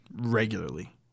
regularly